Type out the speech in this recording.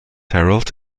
harold